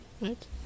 right